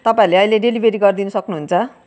तपाईँले अहिले डेलिभरी गरिदिन सक्नु हुन्छ